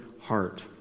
heart